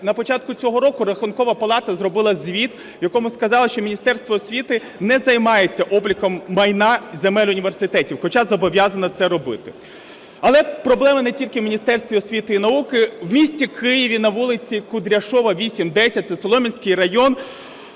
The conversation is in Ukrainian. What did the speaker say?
На початку цього року Рахункова палата зробила звіт, в якому сказала, що Міністерство освіти не займається обліком майна земель університетів, хоча зобов'язане це робити. Але проблема не тільки в Міністерстві освіти і науки. В місті Києві на вулиці Кудрящова, 8-10 (це Солом'янський район)